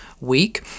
week